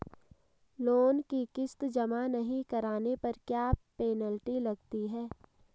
Loan की किश्त जमा नहीं कराने पर क्या पेनल्टी लगती है?